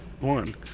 one